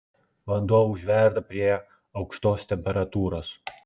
vanduo užverda prie aukštos temperatūros